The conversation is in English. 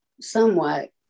somewhat